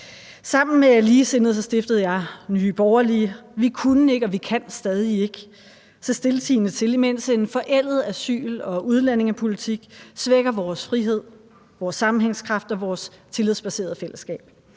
Sammen med ligesindede stiftede jeg Nye Borgerlige, og vi kunne ikke, og vi kan stadig ikke stiltiende se til, mens en forældet asyl- og udlændingepolitik svækker vores frihed, vores sammenhængskraft og vores tillidsbaserede fællesskab.